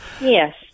Yes